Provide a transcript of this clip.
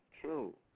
true